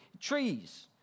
trees